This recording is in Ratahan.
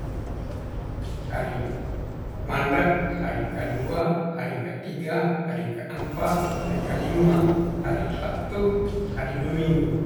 Hari mandak, hari ka'dua, hari ka. tiga, hari ka. ampa, hari ka. lima, hari sabtu dari duwinggu